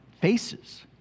faces